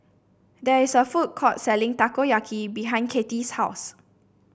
there is a food court selling Takoyaki behind Kattie's house